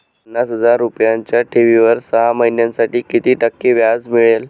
पन्नास हजार रुपयांच्या ठेवीवर सहा महिन्यांसाठी किती टक्के व्याज मिळेल?